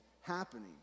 happening